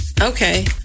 Okay